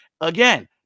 Again